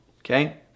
okay